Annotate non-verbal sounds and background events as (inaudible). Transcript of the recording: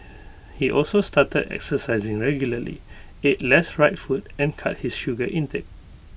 (noise) he also started exercising regularly ate less fried food and cut his sugar intake